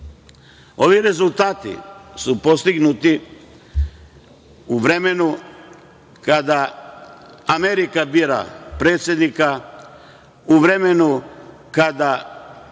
rezultati su postignuti u vremenu kada Amerika bira predsednika, u vremenu kada